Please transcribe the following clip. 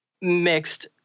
mixed